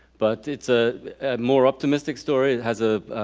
but it's a more optimistic story it has a